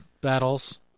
battles